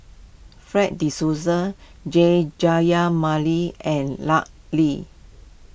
Fred De Souza Jayamani and Lut Ali